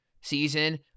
season